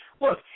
look